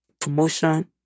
promotion